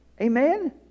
Amen